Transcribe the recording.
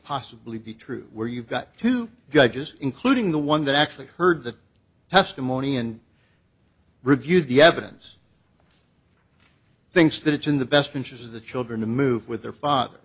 possibly be true where you've got two judges including the one that actually heard the testimony and reviewed the evidence thinks that it's in the best interest of the children to move with their father